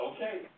Okay